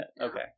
Okay